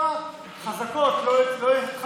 רשות המים אמרה שחזקות לא יתחברו,